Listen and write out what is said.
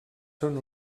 són